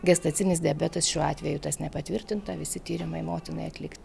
gestacinis diabetas šiuo atveju tas nepatvirtinta visi tyrimai motinai atlikti